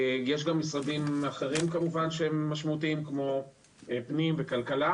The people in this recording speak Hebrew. יש גם משרדים משמעותיים אחרים כמו פנים וכלכלה.